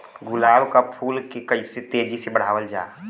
गुलाब क फूल के कइसे तेजी से बढ़ावल जा?